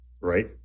right